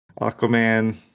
Aquaman